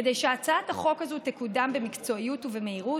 כדי שהצעת החוק הזאת תקודם במקצועיות ובמהירות,